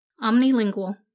Omnilingual